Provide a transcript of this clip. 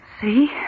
See